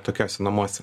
tokiuose namuose